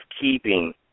keeping